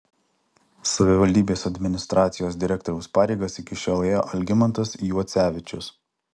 savivaldybės administracijos direktoriaus pareigas iki šiol ėjo algimantas juocevičius